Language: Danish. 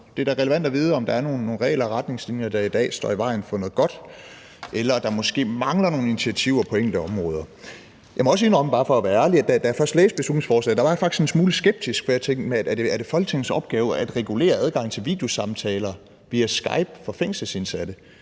Det er da relevant at vide, om der er nogle regler og retningslinjer, der i dag står i vejen for noget godt, eller om der måske mangler nogle initiativer på enkelte områder. Jeg må også indrømme, bare for at være ærlig, at da jeg først læste beslutningsforslaget, var jeg faktisk en smule skeptisk, for jeg tænkte: Er det Folketingets opgave at regulere adgangen til videosamtaler via Skype for fængselsindsatte?